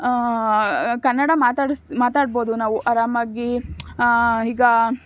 ಕನ್ನಡ ಮಾತಾಡಿಸ್ ಮಾತಾಡ್ಬೋದು ನಾವು ಆರಾಮಾಗಿ ಈಗ